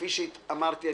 כפי שאמרתי,